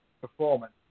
performance